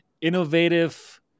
innovative